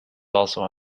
also